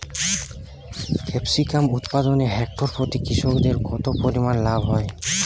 Capsicum উৎপাদনে hectare প্রতি কৃষকের কত পরিমান লাভ হয়?